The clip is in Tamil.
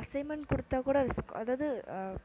அஸ்சைன்மெண்ட் கொடுத்தா கூட அதாவது